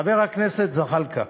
חבר הכנסת זחאלקה.